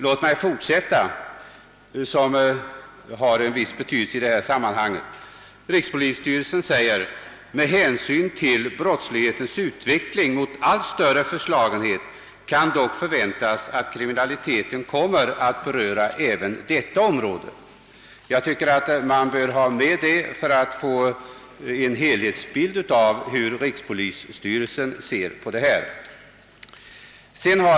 Låt mig fortsätta med en mening till, som har en viss betydelse i detta sammanhang! Rikspolisstyrelsen anför: »Med hänsyn till brottslighetens utveckling mot allt större förslagenhet kan dock förväntas att kriminaliteten kommer att beröra även detta område.» Man bör enligt min mening ha med detta yttrande för att få en helhetsbild av hur rikspolisstyrelsen ser på denna fråga.